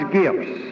gifts